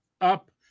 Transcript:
up